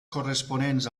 corresponents